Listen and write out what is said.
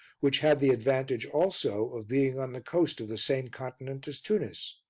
which had the advantage also of being on the coast of the same continent as tunis.